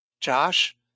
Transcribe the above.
Josh